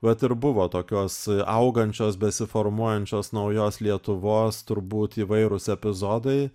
vat ir buvo tokios augančios besiformuojančios naujos lietuvos turbūt įvairūs epizodai